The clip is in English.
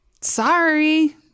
sorry